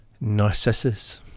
Narcissus